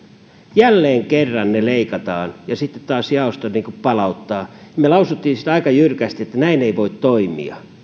jälleen kerran ne leikataan ja sitten taas jaosto palauttaa me lausuimme siitä aika jyrkästi että näin ei voi toimia